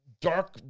dark